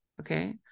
okay